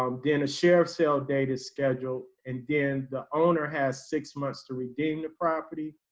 um then a sheriff sale date is scheduled. and then the owner has six months to redeem the property,